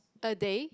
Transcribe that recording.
a day